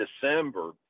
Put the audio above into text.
December